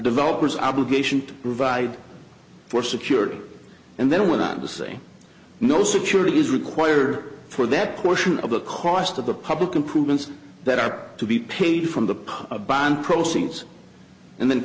developer's obligation to provide for security and then went on to say no security is required for that portion of the cost of the public improvements that are to be paid from the bond proceeds and then